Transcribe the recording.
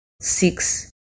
six